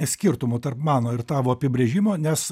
skirtumų tarp mano ir tavo apibrėžimo nes